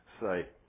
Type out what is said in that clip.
say